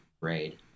Raid